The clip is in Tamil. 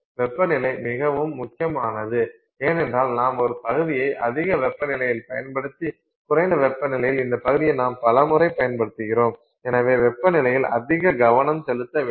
வெப்பநிலை மிகவும் முக்கியமானது ஏனென்றால் நாம் ஒரு பகுதியை அதிக வெப்பநிலையில் பயன்படுத்தி குறைந்த வெப்பநிலையில் இந்த பகுதியை நாம் பல முறை பயன்படுத்துகிறோம் எனவே வெப்பநிலையில் அதிக கவனம் செலுத்த வேண்டும்